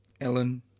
Ellen